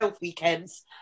weekends